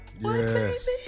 Yes